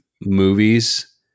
movies